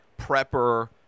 prepper